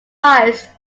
survives